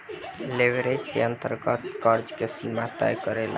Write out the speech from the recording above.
leverage के अंतर्गत कर्ज दाता बैंक आपना से दीहल जाए वाला कर्ज के सीमा तय करेला